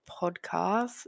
podcast